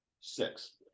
six